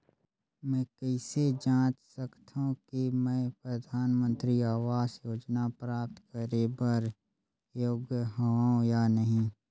मैं कइसे जांच सकथव कि मैं परधानमंतरी आवास योजना प्राप्त करे बर योग्य हववं या नहीं?